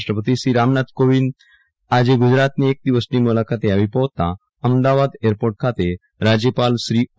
રાષ્ટ્રપતિ શ્રી રામનાથ કોવિંદ આજે ગુજરાતની એક દિવસની મુલાકાતે આવી પહોંચતાં અમદાવાદ એરપોર્ટ ખાતે રાજયપાલ શ્રી ઓ